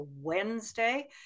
wednesday